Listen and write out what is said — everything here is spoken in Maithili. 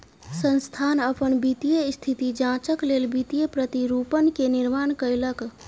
संस्थान अपन वित्तीय स्थिति जांचक लेल वित्तीय प्रतिरूपण के निर्माण कयलक